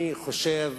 אני חושב